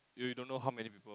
you don't know how many people